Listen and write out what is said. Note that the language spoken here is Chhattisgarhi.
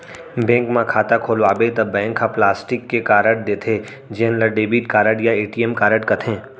बेंक म खाता खोलवाबे त बैंक ह प्लास्टिक के कारड देथे जेन ल डेबिट कारड या ए.टी.एम कारड कथें